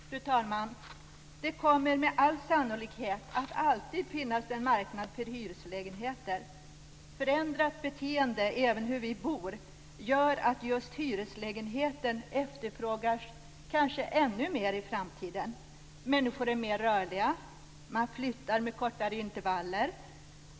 Fru talman! Det kommer med all sannolikhet att alltid finnas en marknad för hyreslägenheter. Förändrat beteende när det gäller även hur vi bor gör att just hyreslägenheten kanske efterfrågas ännu mer i framtiden. Människor är mer rörliga. De flyttar med kortare intervaller.